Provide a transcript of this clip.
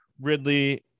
Ridley